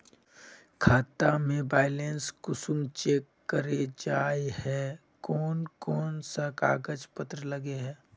खाता में बैलेंस कुंसम चेक करे जाय है कोन कोन सा कागज पत्र लगे है?